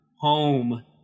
home